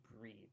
breathe